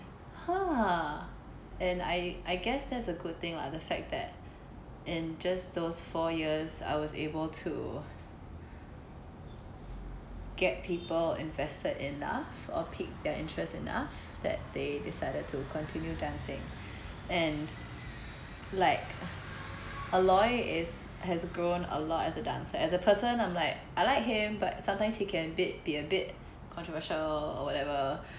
!huh! and I I guess that's a good thing lah the fact that in just those four years I was able to get people invested enough or peak their interest enough that they decided to continue dancing and like aloy is has grown a lot as a dancer as a person I'm like I like him but sometimes he can bit be a bit controversial or whatever